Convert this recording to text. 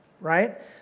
right